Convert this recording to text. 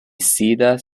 sidas